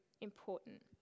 important